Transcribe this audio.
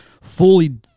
fully